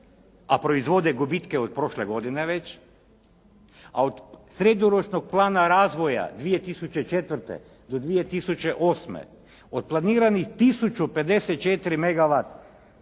a proizvode gubitke od prošle godine već, a od srednjoročnog plana razvoja 2004. do 2008. od planiranih tisuću